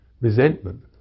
resentment